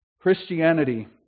Christianity